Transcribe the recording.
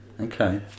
Okay